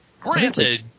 granted